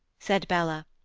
said bella,